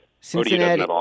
Cincinnati